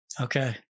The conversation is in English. Okay